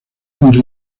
henry